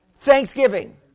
Thanksgiving